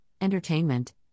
entertainment